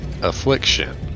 affliction